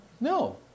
No